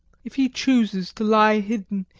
if he chooses to lie hidden,